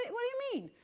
what do you mean?